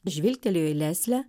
žvilgtelėjo į leslę